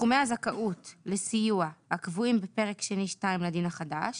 סכומי הזכאות לסיוע הקבועים בפרק שני1 לדין החדש